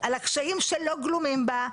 על הקשיים שלא גלומים בה,